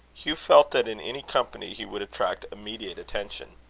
hugh felt that in any company he would attract immediate attention.